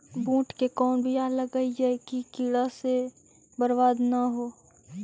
बुंट के कौन बियाह लगइयै कि कीड़ा से बरबाद न हो?